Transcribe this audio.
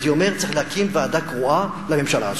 הייתי אומר שצריך להקים ועדה קרואה לממשלה הזאת.